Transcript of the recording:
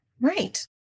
Right